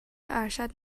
ارشد